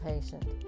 patient